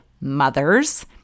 mothers